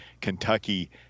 Kentucky